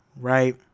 Right